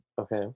Okay